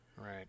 Right